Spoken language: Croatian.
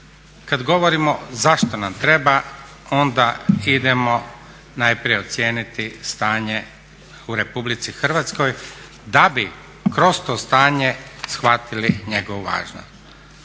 Kad govorimo zašto nam treba onda idemo najprije ocijeniti stanje u RH da bi kroz to stanje shvatili njegovu važnost.